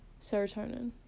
Serotonin